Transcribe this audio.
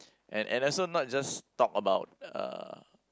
and and also not just talk about uh